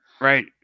Right